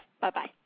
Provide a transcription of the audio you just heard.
bye-bye